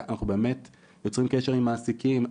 אנחנו יוצרים קשר עם מעסיקים,